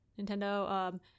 Nintendo